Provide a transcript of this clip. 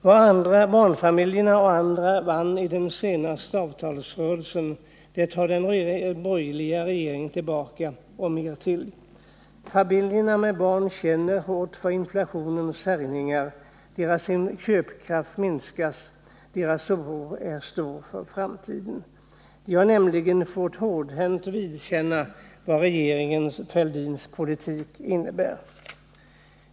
Vad barnfamiljerna och andra vann i den senaste avtalsrörelsen tar den borgerliga regeringen tillbaka och mer därtill. Barnfamiljerna får hårt känna av inflationens härjningar. Deras köpkraft minskas, och deras oro för framtiden är stor. De har nämligen hårdhänt fått vidkännas vad regeringen Fälldins politik innebär.